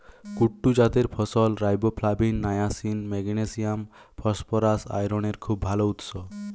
কুট্টু জাতের ফসল riboflavin, niacin, magnesium, phosphorus, আয়রনের খুব ভাল উৎস